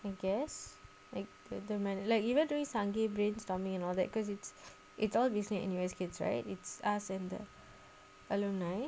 I guess like the the like even though some game brainstorming and all that cause it's it's all business N_U_S kids right it's us and the alumni